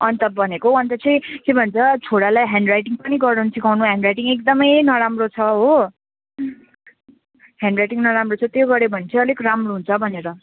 अन्त भनेको अन्त चाहिँ के भन्छ छोरालाई ह्यान्ड राइटिङ पनि गराउनु सिकाउनु ह्यान्ड राइटिङ एकदमै नराम्रो छ हो ह्यान्ड राइटिङ नराम्रो छ त्यो गर्यो भने चाहिँ अब राम्रो हुन्छ भनेर